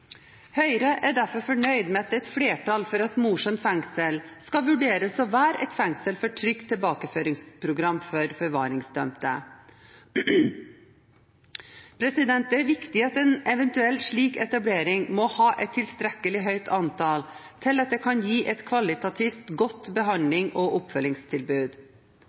Høyre er derfor fornøyd med at det er et flertall for at Mosjøen fengsel skal vurderes å være et fengsel for trygt tilbakeføringsprogram for forvaringsdømte. Det er viktig at en eventuell etablering må ha et tilstrekkelig høyt antall til å kunne gi et kvalitativt godt behandlings- og oppfølgingstilbud.